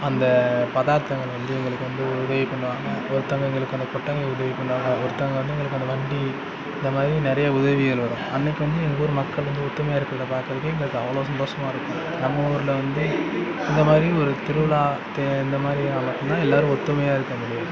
அந்த பதார்த்தங்களை வந்து எங்களுக்கு வந்து உதவி பண்ணுவாங்க ஒருத்தங்க எங்களுக்கு அந்த கொட்டகை உதவி பண்ணுவாங்க ஒருத்தங்க வந்து அந்த வண்டி இந்தமாதிரி நிறைய உதவிகள் வரும் அன்றைக்கு வந்து எங்கள் ஊர் மக்கள் வந்து ஒற்றுமையா இருக்கிறத பார்க்குறதே எங்களுக்கு அவ்வளோ சந்தோஷமாக இருக்கும் நம்ம ஊரில் வந்து இந்தமாதிரி ஒரு திருவிழா தே இந்தமாதிரி நாளில் தான் எல்லோரும் ஒற்றுமையா இருக்க முடியும்